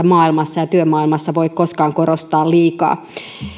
maailmassa ja työmaailmassa voi koskaan korostaa liikaa